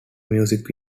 music